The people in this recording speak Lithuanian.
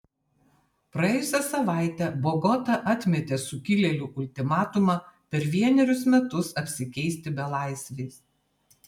praėjusią savaitę bogota atmetė sukilėlių ultimatumą per vienerius metus apsikeisti belaisviais